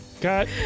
Cut